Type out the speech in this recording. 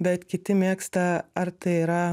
bet kiti mėgsta ar tai yra